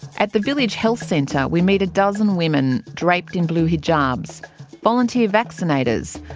at the village health centre we meet a dozen women draped in blue hijabs, volunteer vaccinators,